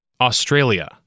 Australia